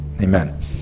Amen